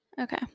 Okay